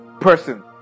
person